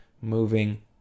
moving